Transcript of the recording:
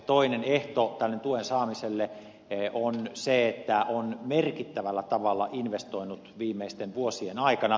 toinen ehto tuen saamiselle on se että on merkittävällä tavalla investoinut viimeisten vuosien aikana